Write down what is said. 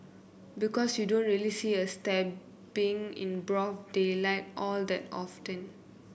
because you don't really see a stabbing in broad daylight all that often